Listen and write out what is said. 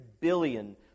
billion